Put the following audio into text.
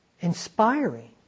inspiring